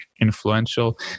influential